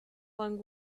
flung